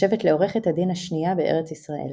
נחשבת לעורכת הדין השנייה בארץ ישראל.